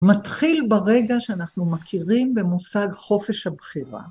מתחיל ברגע שאנחנו מכירים במושג חופש הבחירה.